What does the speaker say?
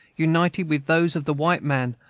united with those of the white man,